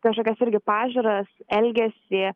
kažkokias irgi pažiūras elgesį